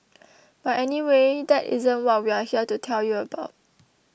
but anyway that isn't what we're here to tell you about